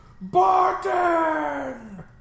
Barton